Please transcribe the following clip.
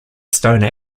stone